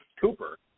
Cooper